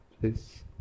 Please